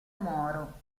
moro